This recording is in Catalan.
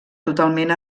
totalment